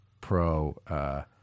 pro